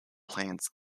plans